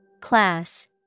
Class